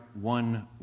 one